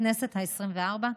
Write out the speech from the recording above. בכנסת העשרים-וארבע.